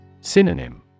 Synonym